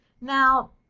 Now